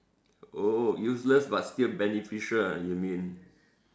oh useless but still beneficial ah you mean